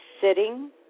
sitting